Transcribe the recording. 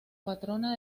patrona